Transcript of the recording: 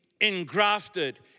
engrafted